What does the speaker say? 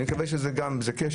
אני מקווה שזה כשל,